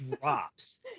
drops